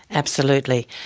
absolutely.